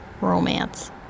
romance